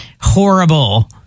horrible